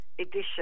Edition